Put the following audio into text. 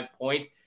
points